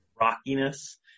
rockiness